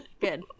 good